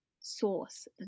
source